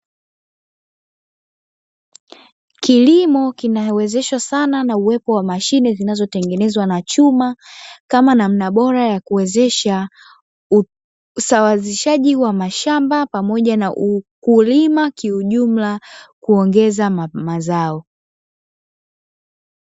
Kilimo kinawezeshwa sana na mashine, zilizo tengenezwa kwa chuma kama namna bora ya kuwezesha usawazishaji wa mashamba kilimo kiujumla kuongeza mazao.